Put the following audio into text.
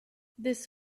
this